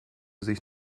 sich